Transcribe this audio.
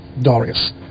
darius